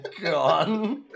god